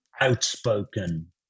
outspoken